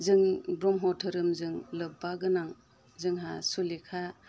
जों ब्रह्म धोरोमजों लोबबा गोनां जोंहा सुलेखा